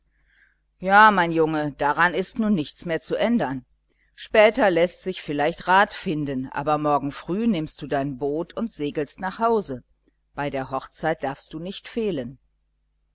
ja mein junge daran ist nun nichts mehr zu ändern später läßt sich vielleicht rat finden aber morgen früh nimmst du dein boot und segelst nach hause bei der hochzeit darfst du nicht fehlen